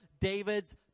David's